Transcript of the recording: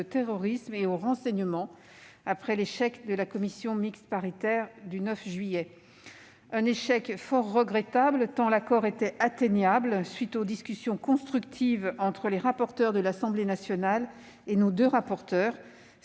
relatif à la prévention d'actes de terrorisme et au renseignement, après l'échec de la commission mixte paritaire du 9 juillet. Cet échec est fort regrettable tant l'accord était atteignable, suite aux discussions constructives entre les rapporteurs de l'Assemblée nationale et nos deux rapporteurs,